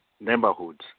neighborhoods